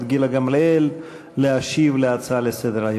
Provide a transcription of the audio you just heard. גילה גמליאל להשיב על ההצעה לסדר-היום.